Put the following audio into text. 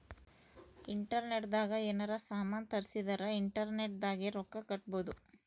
internet ದಾಗ ಯೆನಾರ ಸಾಮನ್ ತರ್ಸಿದರ ಇಂಟರ್ನೆಟ್ ದಾಗೆ ರೊಕ್ಕ ಕಟ್ಬೋದು